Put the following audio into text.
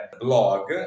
blog